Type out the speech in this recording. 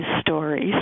stories